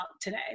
today